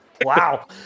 Wow